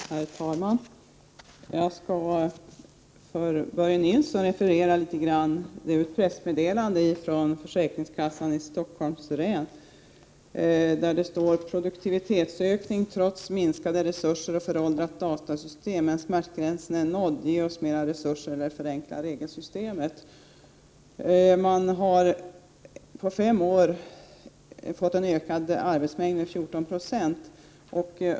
Herr talman! Jag avser att för Börje Nilsson referera från ett pressmeddelande utsänt av försäkringskassan i Stockholms län, där det står: Produktivitetsökning trots minskade resurser och föråldrat datasystem, men smärtgränsen är nådd. Ge oss mera resurser eller förenkla regelsystemet. På fem år har arbetsmängden ökat med 14 96.